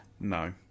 No